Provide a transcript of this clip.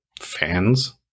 Fans